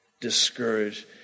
discouraged